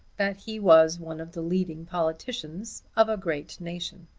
that he was one of the leading politicians of a great nation.